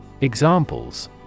Examples